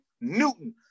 Newton